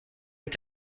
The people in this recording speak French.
est